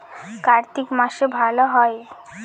কার্তিক মাসে ভালো হয়?